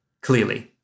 Clearly